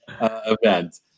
event